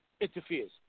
interferes